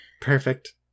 Perfect